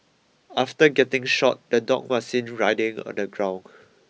after getting shot the dog was seen writhing on the ground